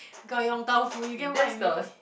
got Yong-Tau-Foo you get what I mean